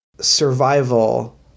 survival